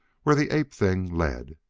where the ape-thing led.